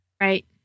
Right